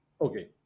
Okay